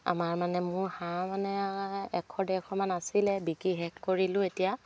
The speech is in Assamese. আমাৰ মানে মোৰ হাঁহ মানে এশ ডেৰশমান আছিলে বিকি শেষ কৰিলো এতিয়া